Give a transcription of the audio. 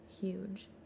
huge